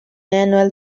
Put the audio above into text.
annual